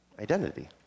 identity